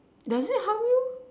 does it harm you